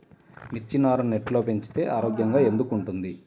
మిర్చి నారు నెట్లో పెంచితే ఆరోగ్యంగా ఎందుకు ఉంటుంది?